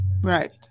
Right